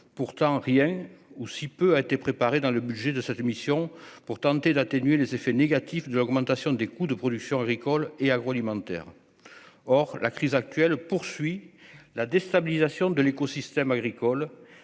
pourtant rien ou si peu, a été préparée dans le budget de cette émission pour tenter d'atténuer les effets négatifs de l'augmentation des coûts de production agricole et agroalimentaire, or la crise actuelle, poursuit la déstabilisation de l'écosystème agricole